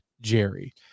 jerry